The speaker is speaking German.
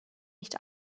nicht